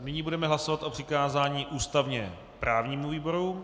Nyní budeme hlasovat o přikázání ústavněprávnímu výboru.